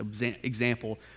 example